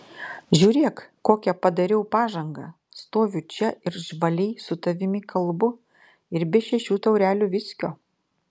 žiūrėk kokią padariau pažangą stoviu čia ir žvaliai su tavimi kalbu ir be šešių taurelių viskio